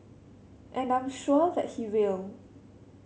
and I'm sure that he will